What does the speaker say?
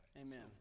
Amen